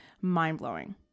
mind-blowing